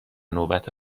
نوبت